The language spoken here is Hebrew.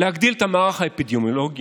להגדיל את המערך האפידמיולוגי,